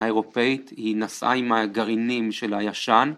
האירופאית היא נסעה עם הגרעינים של הישן